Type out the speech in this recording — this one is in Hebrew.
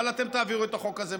אבל אתם תעבירו את החוק הזה,